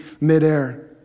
midair